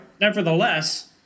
Nevertheless